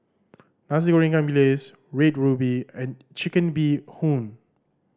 Nasi Goreng ikan bilis Red Ruby and Chicken Bee Hoon